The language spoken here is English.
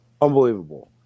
unbelievable